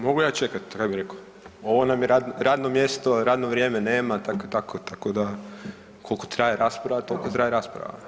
Mogu ja čekat ja bi reko, ovo nam je radno mjesto, radno vrijeme nema, tako i tako, tako da kolko traje rasprava, tolko traje rasprava.